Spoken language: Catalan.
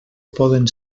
poden